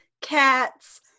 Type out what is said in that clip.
cats